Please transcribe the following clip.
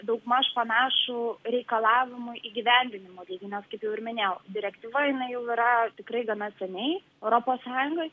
daugmaž panašų reikalavimų įgyvendinimo taigi kaip mes jau ir minėjau direktyva jinai jau yra tikrai gana seniai europos sąjungoj